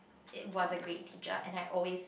it was a great teacher and I always